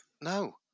No